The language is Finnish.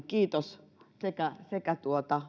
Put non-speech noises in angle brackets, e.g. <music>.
<unintelligible> kiitos sekä sekä